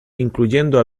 incluyendo